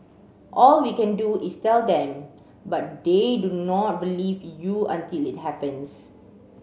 all we can do is tell them but they do not believe you until it happens